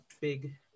big